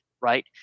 right